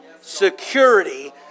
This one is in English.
security